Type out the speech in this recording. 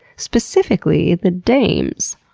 specifically, the dames.